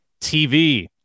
TV